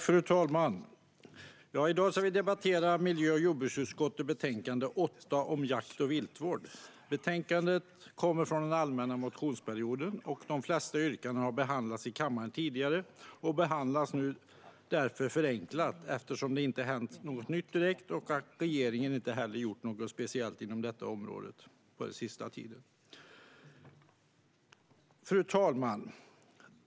Fru talman! I dag debatterar vi miljö och jordbruksutskottets betänkande 8 om jakt och viltvård. Betänkandet kommer från den allmänna motionsperioden. De flesta yrkanden har behandlats i kammaren tidigare och behandlas nu därför förenklat eftersom det inte har hänt något nytt och regeringen heller inte har gjort något speciellt inom detta område den senaste tiden. Fru talman!